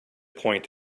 point